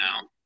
now